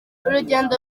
urugendo